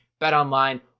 BetOnline